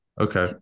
okay